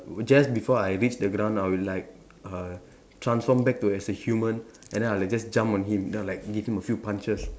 just before I reach the ground I'll like uh transform back to as a human and I'll like just jump on him then I'll like give him a few punches